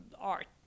art